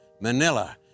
Manila